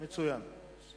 מצוין.